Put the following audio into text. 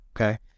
okay